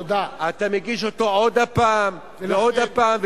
אתה מגיש אותה עוד פעם ועוד פעם,